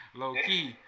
low-key